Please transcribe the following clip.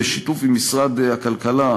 בשיתוף משרד הכלכלה,